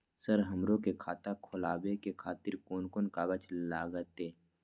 Sir हमरो के खाता खोलावे के खातिर कोन कोन कागज लागते?